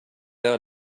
out